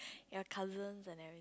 your cousins and every~